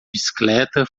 bicicleta